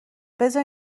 بزار